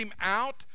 out